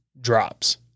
drops